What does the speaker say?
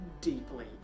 deeply